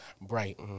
bright